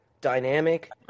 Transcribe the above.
dynamic